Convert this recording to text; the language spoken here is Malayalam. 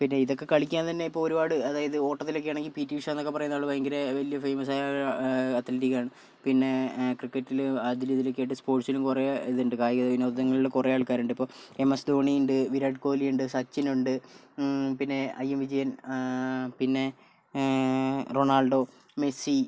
പിന്നെ ഇതൊക്കെ കളിക്കാൻ തന്നെ ഇപ്പോൾ ഒരുപാട് അതായത് ഓട്ടത്തിലൊക്കെ ആണെങ്കിൽ പി ടി ഉഷ എന്നൊക്കെ പറയുന്ന ആൾ ഭയങ്കര വലിയ ഫെയ്മസ് ആയ അത്ലറ്റിക് ആണ് പിന്നെ ക്രിക്കറ്റിൽ അതിൽ ഇതിലൊക്കെ ആയിട്ട് സ്പോർട്സിനും കുറേ ഇതുണ്ട് കായിക വിനോദങ്ങളിൽ കുറേ ആൾക്കാരുണ്ട് ഇപ്പോൾ എം എസ് ധോണി ഉണ്ട് വിരാട് കോഹ്ലി ഉണ്ട് സച്ചിൻ ഉണ്ട് പിന്നെ ഐ എം വിജയൻ പിന്നെ റൊണാൾഡോ മെസ്സി